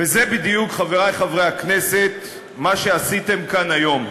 וזה בדיוק, חברי חברי הכנסת, מה שעשיתם כאן היום: